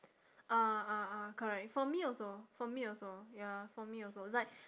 ah ah ah correct for me also for me also ya for me also it's like